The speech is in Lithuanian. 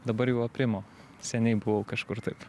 dabar jau aprimo seniai buvau kažkur taip